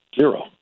Zero